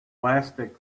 plastic